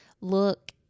look